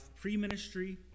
pre-ministry